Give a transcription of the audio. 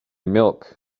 milk